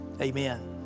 Amen